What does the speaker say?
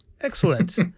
Excellent